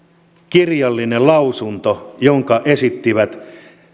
kirjallinen lausunto jonka esittivät